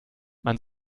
man